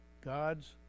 God's